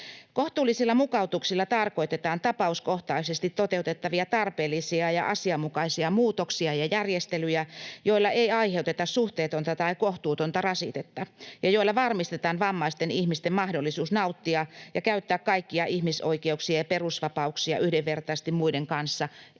Kohtuullisilla mukautuksilla tarkoitetaan tapauskohtaisesti toteutettavia tarpeellisia ja asianmukaisia muutoksia ja järjestelyjä, joilla ei aiheuteta suhteetonta tai kohtuutonta rasitetta ja joilla varmistetaan vammaisten ihmisten mahdollisuus nauttia ja käyttää kaikkia ihmisoikeuksia ja perusvapauksia yhdenvertaisesti muiden kanssa —